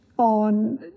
on